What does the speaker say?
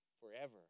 forever